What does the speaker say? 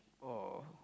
or